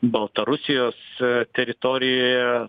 baltarusijos teritorijoje